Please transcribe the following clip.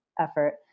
effort